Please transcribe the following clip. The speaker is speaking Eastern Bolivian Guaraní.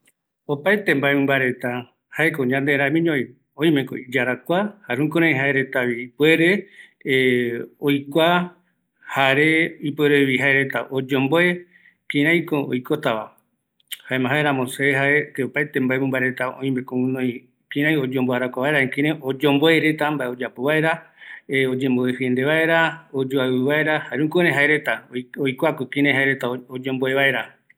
Opaete mïmba reta jaeko yande ramiñovi, oimeko iyarakua, jukuraïï jaereta oikua, jare jaereta oymboe kïraïko oikotava, jaeramo jaereta oime guinoï kïraï oyomboe, jare oyomboarakua vaera, jare mbae oyapo vaera oyeepɨ vaera, oyoaɨu vaera, jukrai oyomboarakua